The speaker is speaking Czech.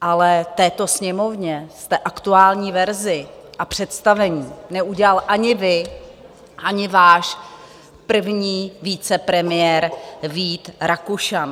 ale této Sněmovně jste aktuální verzi a představení neudělal ani vy, ani váš první vicepremiér Vít Rakušan.